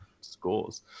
scores